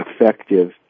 effective